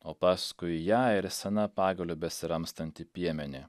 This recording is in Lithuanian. o paskui ją ir sena pagaliu besiramstanti piemenė